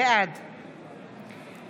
בעד